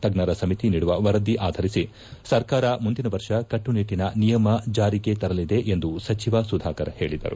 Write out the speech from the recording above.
ತಜ್ಜರ ಸಮಿತಿ ನೀಡುವ ವರದಿ ಆಧರಿಸಿ ಸರ್ಕಾರ ಮುಂದಿನ ವರ್ಷ ಕಟ್ಟುನಿಟ್ಟಿನ ನಿಯಮಗಳನ್ನು ಜಾರಿಗೆ ತರಲಿದೆ ಎಂದು ಸಚಿವ ಸುಧಾಕರ್ ಹೇಳಿದರು